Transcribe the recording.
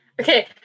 Okay